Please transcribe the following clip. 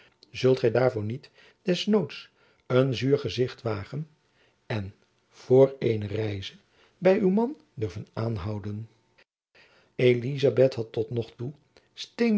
zult gy daarvoor niet des noods een zuur gezicht wagen en voor eene reize by uw man durven aanhouden elizabeth had tot nog toe